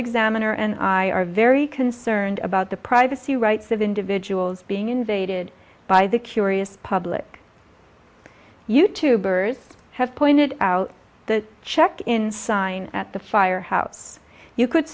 examiner and i are very concerned about the privacy rights of individuals being invaded by the curious public you tubers have pointed out the check in sign at the firehouse you could